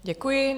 Děkuji.